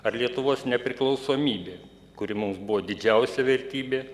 ar lietuvos nepriklausomybė kuri mums buvo didžiausia vertybė